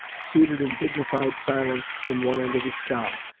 seated in dignified silence in one end of the scow,